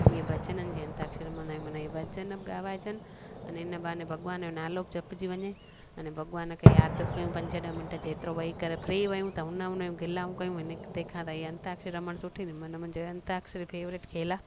इहे भॼननि जी अंताक्षरी रमंदा आहियूं मन इहे भॼन बि ॻावाइजनि अन हिन बहाने भॻवान जो नालो बि जपजी वञे अन भॻवान खे यादि बि कयऊं पंज ॾह मिनट जेतिरो वेही करे फ्री वेहूं त हुन हुन जी ॻिलाऊं कयूं हिन तंहिंखां त ईअं अंताक्षरी रमणु सुठी न मन मुंहिंजी अंताक्षरी फेवरेट खेल आहे